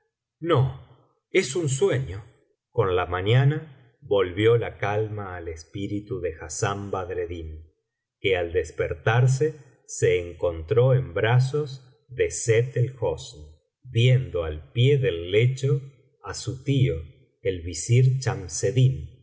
no es un sueño con la mañana volvió la calma al espíritu de hassán badreddin que al despertarse se encontró en brazos de sett el hosn viendo al pie del lecho á su tío el visir